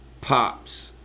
pops